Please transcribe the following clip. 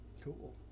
Cool